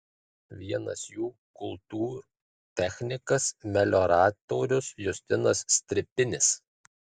vienas jų kultūrtechnikas melioratorius justinas stripinis